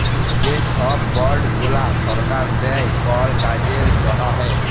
যে ছব বল্ড গুলা সরকার দেই কল কাজের জ্যনহে